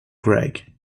greg